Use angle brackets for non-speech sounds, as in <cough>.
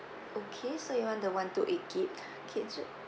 okay so you want the one two eight gig <breath> okay so